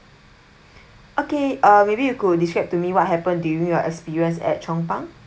okay ah maybe you could describe to me what happened during your experience at chong pang